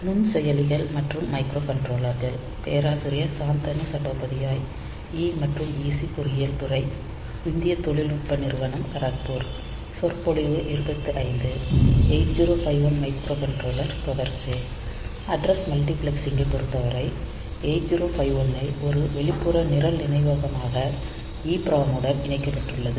8051 மைக்ரோகண்ட்ரோலர்தொடர்ச்சி அட்ரஸ் மல்டிபிளெக்சிங்கைப் பொருத்தவரை 8051 ஐ ஒரு வெளிப்புற நிரல் நினைவகமான EPROM முடன் இணைக்கப் பெற்றுள்ளது